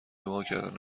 دعاکردن